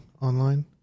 online